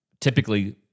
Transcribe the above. typically